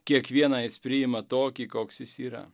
kiekvieną jis priima tokį koks jis yra